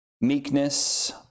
meekness